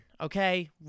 okay